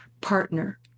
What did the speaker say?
partner